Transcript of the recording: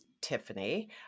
tiffany